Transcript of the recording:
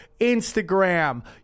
Instagram